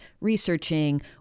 researching